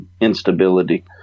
instability